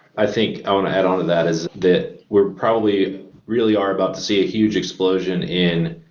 i think i want to add um to that is that we're probably really are about to see a huge explosion in